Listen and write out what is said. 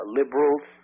liberals